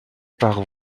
par